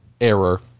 error